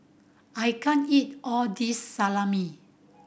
I can't eat all this Salami